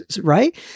right